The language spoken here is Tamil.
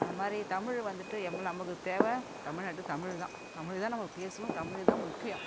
அந்த மாதிரி தமிழ் வந்துட்டு நமக்கு தேவை தமிழ்நாட்டுக்கு தமிழ் தான் தமிழ் தான் நம்ம பேசணும் தமிழ் தான் முக்கியம்